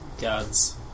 gods